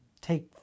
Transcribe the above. take